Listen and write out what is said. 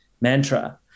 mantra